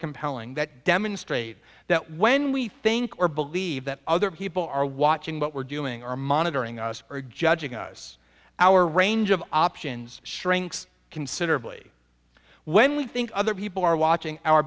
compelling that demonstrate that when we think or believe that other people are watching what we're doing or monitoring us or judging us our range of options shrinks considerably when we think other people are watching our